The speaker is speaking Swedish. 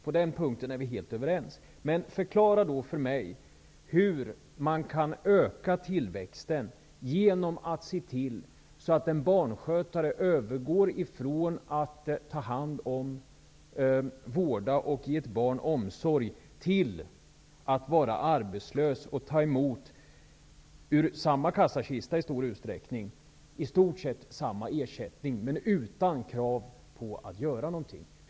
På den punkten är vi helt överens om. Men förklara för mig hur man kan öka tillväxten genom att se till att en barnskötare övergår från att ta hand om, vårda och ge barn omsorg, till att vara arbetslös och ta emot ur i stor utsträckning samma kassakista i stort sett samma ersättning. Men nu sker det utan krav på att göra något.